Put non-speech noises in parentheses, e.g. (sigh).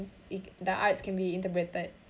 (noise) the arts can be interpreted